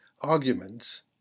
arguments